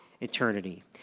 eternity